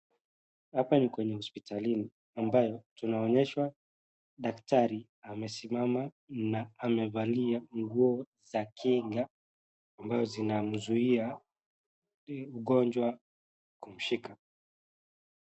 Hapa ni kwenye hospitalini ambayo tunaonyeshwa daktari amesimama na amevalia nguo za kinga ambao zinamzuia ugonjwa kumshika.